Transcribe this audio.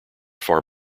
far